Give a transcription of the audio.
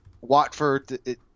Watford